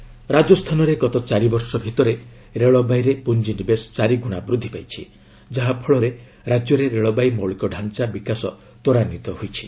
ଚାର୍ ସାଲ୍ ମୋଦି ସରକାର ରାଜସ୍ଥାନରେ ଗତ ଚାରିବର୍ଷ ଭିତରେ ରେଳବାଇରେ ପୁଞ୍ଜି ନିବେଶ ଚାରିଗୁଣା ବୃଦ୍ଧି ପାଇଛି ଯାହାଫଳରେ ରାଜ୍ୟରେ ରେଳବାଇ ମୌଳିକ ଢ଼ାଞ୍ଚା ବିକାଶ ତ୍ୱରାନ୍ୱିତ ହୋଇଛି